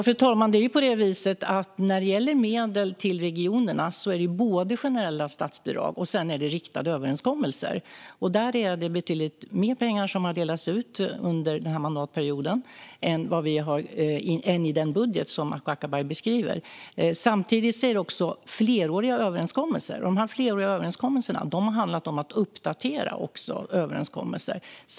Fru talman! När det gäller medel till regionerna finns både generella statsbidrag och riktade överenskommelser. Här har betydligt mer pengar delats ut under mandatperioden än i den budget som Acko Ankarberg beskriver. Samtidigt är det fleråriga överenskommelser, och dessa har också handlat om att uppdatera överenskommelser.